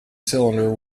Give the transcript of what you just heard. cylinder